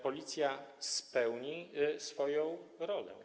Policja spełni swoją rolę?